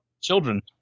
children